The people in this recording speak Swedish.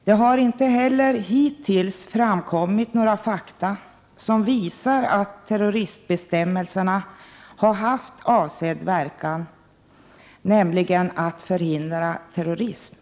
Det har heller inte hittills framkommit några fakta som visar att terroristbestämmelserna har haft avsedd verkan, nämligen att förhindra terrorism.